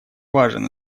важен